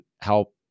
help